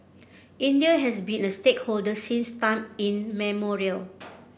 India has been a stakeholder since time immemorial